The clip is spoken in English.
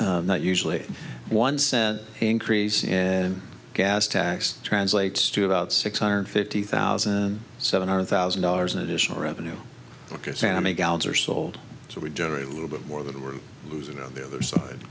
that usually one cent increase in gas tax translates to about six hundred fifty thousand seven hundred thousand dollars in additional revenue ok sammy gallons are sold so we generate a little bit more that we're losing on the other side